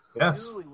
Yes